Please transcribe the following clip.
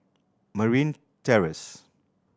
Marine Terrace